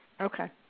Okay